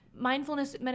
mindfulness